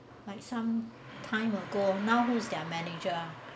like some time ago now who's their manager ah